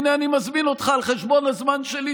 הינה, אני מזמין אותך על חשבון הזמן שלי.